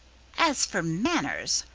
as for manners,